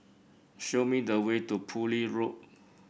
show me the way to Poole Road